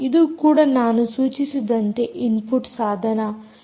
ಇದು ಕೂಡ ನಾನು ಸೂಚಿಸಿದಂತೆ ಇನ್ಪುಟ್ ಸಾಧನ